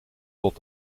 tot